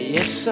Yes